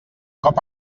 cop